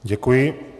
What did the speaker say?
Děkuji.